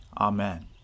Amen